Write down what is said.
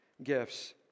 Gifts